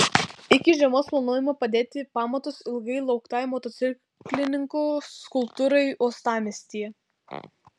iki žiemos planuojama padėti pamatus ilgai lauktai motociklininkų skulptūrai uostamiestyje